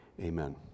Amen